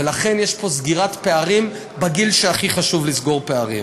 ולכן יש פה סגירת פערים בגיל שהכי חשוב לסגור בו פערים.